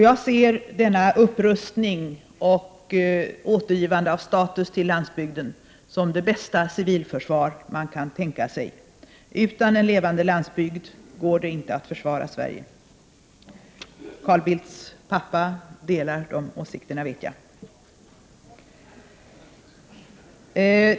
Jag ser upprustningen av och återgivandet av status till landsbygden som det bästa civilförsvar man kan tänka sig. Utan en levande landsbygd går det inte att försvara Sverige. Carl Bildts pappa delar den åsikten, det vet jag.